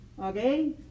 Okay